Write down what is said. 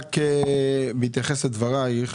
בהתייחס לדבריך,